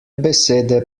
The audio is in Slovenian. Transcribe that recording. besede